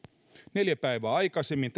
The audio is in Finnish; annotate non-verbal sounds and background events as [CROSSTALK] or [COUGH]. neljä päivää aikaisemmin [UNINTELLIGIBLE]